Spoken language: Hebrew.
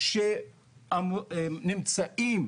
אבל אני נחקרתי על